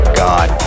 god